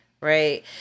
right